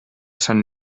sant